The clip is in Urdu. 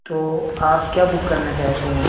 تو آپ کیا بک کرنا چاہتے ہیں